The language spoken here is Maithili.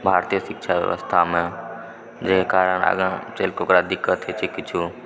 भारतीय शिक्षा व्यवस्थामे जहि कारण आगाँ चलि कऽ ओकरा दिक्कत होइ छै किछु